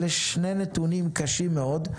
אלה שני נתונים קשים מאוד.